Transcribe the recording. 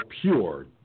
pure